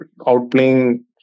outplaying